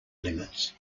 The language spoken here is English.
limits